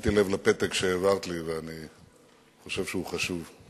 שמתי לב לפתק שהעברת לי ואני חושב שהוא חשוב.